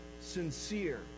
sincere